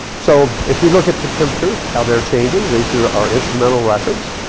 so, if we look at the temperatures, how they're changing. these are our instrumental records.